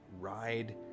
ride